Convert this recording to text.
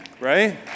right